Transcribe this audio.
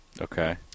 Okay